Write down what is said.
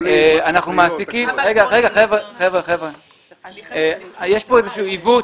יש כאן איזשהו עיוות.